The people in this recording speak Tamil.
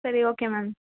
சரி ஓகே மேம்